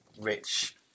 rich